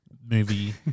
movie